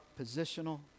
positional